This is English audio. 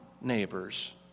neighbors